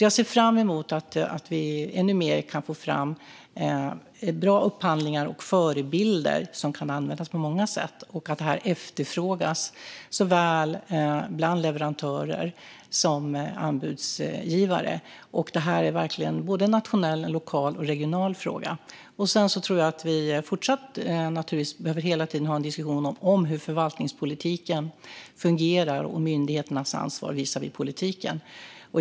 Jag ser fram emot att vi ännu mer kan få fram bra upphandlingar och förebilder som kan användas på många sätt och att detta efterfrågas såväl bland leverantörer som bland anbudsgivare. Detta är verkligen både en nationell, en lokal och en regional fråga. Sedan tror jag naturligtvis att vi fortsatt hela tiden behöver ha en diskussion om hur förvaltningspolitiken fungerar och om myndigheternas ansvar visavi politiken.